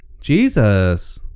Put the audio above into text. Jesus